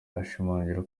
ashimangira